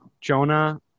Jonah